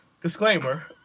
Disclaimer